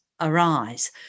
arise